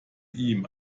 ihm